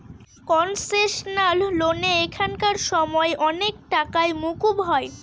concessional লোনে এখানকার সময় অনেক টাকাই মকুব হয়